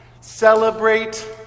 celebrate